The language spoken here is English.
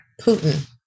Putin